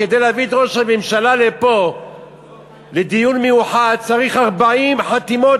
כדי להביא את ראש הממשלה לפה לדיון מיוחד צריך 40 חתימות,